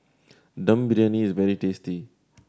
Dum Briyani is very tasty